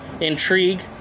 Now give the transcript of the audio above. intrigue